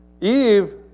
Eve